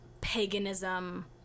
paganism